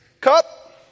cup